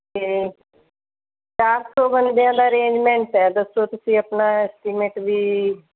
ਅਤੇ ਚਾਰ ਸੌ ਬੰਦਿਆਂ ਦਾ ਰੇਂਜਮੈਂਟ ਹੈ ਦੱਸੋ ਤੁਸੀਂ ਆਪਣਾ ਐਸਟੀਮੇਟ ਵੀ